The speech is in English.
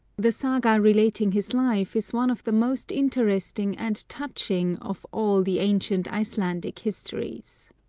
the saga relating his life is one of the most interesting and touching of all the ancient icelandic histories.